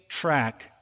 track